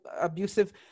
abusive